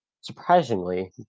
Surprisingly